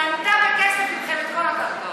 קנתה בכסף מכם את כל הקרקעות.